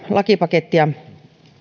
lakipakettia